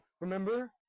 remember